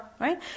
Right